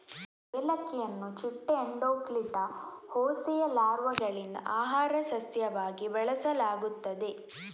ಏಲಕ್ಕಿಯನ್ನು ಚಿಟ್ಟೆ ಎಂಡೋಕ್ಲಿಟಾ ಹೋಸೆಯ ಲಾರ್ವಾಗಳಿಂದ ಆಹಾರ ಸಸ್ಯವಾಗಿ ಬಳಸಲಾಗುತ್ತದೆ